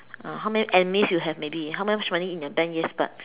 ah how many and means you have maybe how much money in your bank yes but